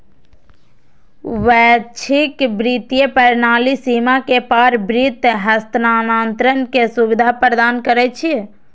वैश्विक वित्तीय प्रणाली सीमा के पार वित्त हस्तांतरण के सुविधा प्रदान करै छै